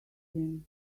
him